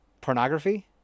pornography